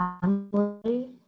family